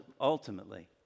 ultimately